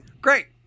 Great